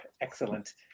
excellent